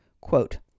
Quote